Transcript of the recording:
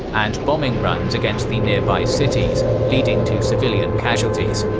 and bombing runs against the nearby cities, leading to civilian casualties.